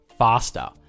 Faster